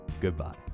Goodbye